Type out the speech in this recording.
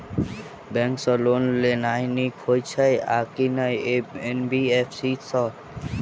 Bank सँ loan लेनाय नीक होइ छै आ की एन.बी.एफ.सी सँ?